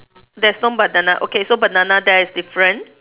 there's no banana okay so banana there is different